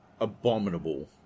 abominable